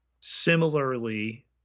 Similarly